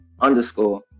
underscore